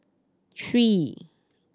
three